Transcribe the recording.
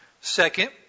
Second